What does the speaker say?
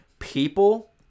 People